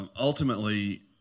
ultimately